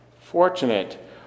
Fortunate